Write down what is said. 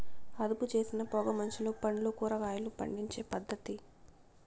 అదుపుచేసిన పొగ మంచులో పండ్లు, కూరగాయలు పండించే పద్ధతి